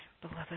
beloved